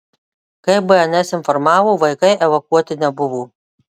kaip bns informavo vaikai evakuoti nebuvo